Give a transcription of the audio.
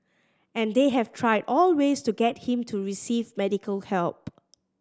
and they have tried all ways to get him to receive medical help